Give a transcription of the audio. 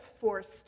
forced